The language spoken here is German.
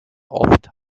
oft